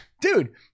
dude